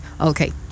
okay